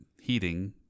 heating